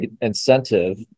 incentive